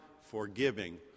forgiving